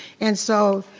and so